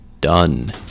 done